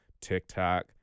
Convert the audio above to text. TikTok